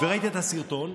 וראיתי את הסרטון,